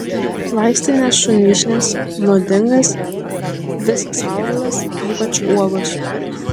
vaistinės šunvyšnės nuodingas visas augalas ypač uogos